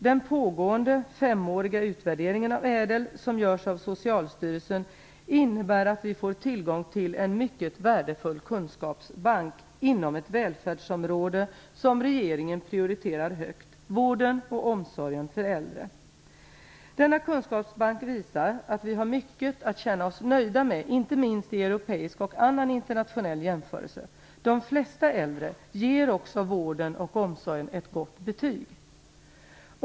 Den pågående femåriga utvärderingen av ÄDEL, som görs av Socialstyrelsen, innebär att vi får tillgång till en mycket värdefull kunskapsbank inom ett välfärdsområde som regeringen prioriterar högt - vården och omsorgen för äldre. Denna kunskapsbank visar att vi har mycket att känna oss nöjda med, inte minst i europeisk och annan internationell jämförelse. De flesta äldre ger också vården och omsorgen ett gott betyg.